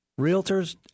realtors